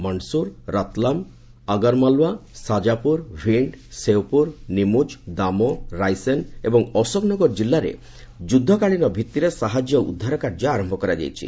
ମଣ୍ଡସୁର ରତ୍ଲାମ ଅଗରମାଲଓ୍ୱା ସାକ୍ଟାପୁର ଭୀଣ୍ଡ୍ ଶେଓପୁର ନିମୁଜ୍ ଦାମୋ ରାଇସେନ୍ ଏବଂ ଅଶୋକନଗର ଜିଲ୍ଲାରେ ଯୁଦ୍ଧକାଳୀନ ଭିତ୍ତିରେ ସାହାଯ୍ୟ ଓ ଉଦ୍ଧାର କାର୍ଯ୍ୟ ଆରମ୍ଭ କରାଯାଇଛି